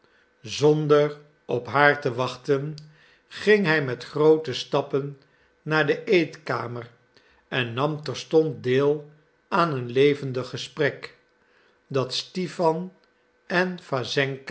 zonder op haar te wachten ging hij met groote stappen naar de eetkamer en nam terstond deel aan een levendig gesprek dat stipan